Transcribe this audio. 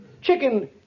Chicken